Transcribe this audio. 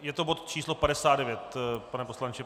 Je to bod číslo 59, pane poslanče?